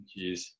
Jeez